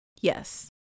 Yes